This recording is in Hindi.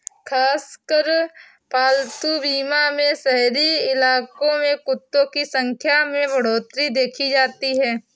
खासकर पालतू बीमा में शहरी इलाकों में कुत्तों की संख्या में बढ़ोत्तरी देखी जाती है